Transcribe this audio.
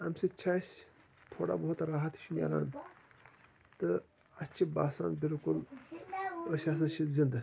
اَمہِ سۭتۍ چھِ اسہِ تھوڑا بوٚہتَن راحت ہِش میلان تہٕ اسہِ چھُ باسان بلکل أسۍ ہسا چھِ زِنٛدٕ